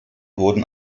wurden